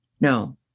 No